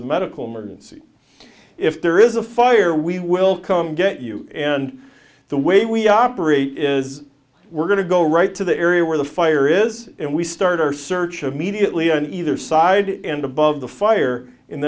a medical emergency if there is a fire we will come get you and the way we operate is we're going to go right to the area where the fire is and we start our search of mediately on either side and above the fire